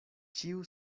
ĉiu